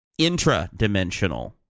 intradimensional